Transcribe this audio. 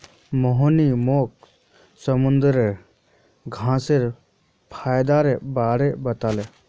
मोहिनी मोक समुंदरी घांसेर फयदार बारे बताले